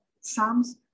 Psalms